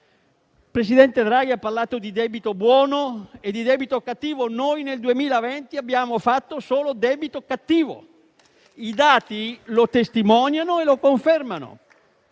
Il presidente Draghi ha parlato di debito buono e di debito cattivo. Nel 2020 abbiamo fatto solo debito cattivo, i dati lo testimoniano e lo confermano.